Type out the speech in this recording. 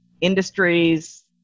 industries